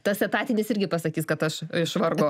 tas etatinis irgi pasakys kad aš iš vargo